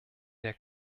der